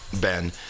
Ben